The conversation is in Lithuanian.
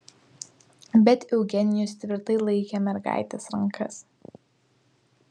bet eugenijus tvirtai laikė mergaitės rankas